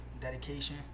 dedication